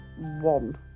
one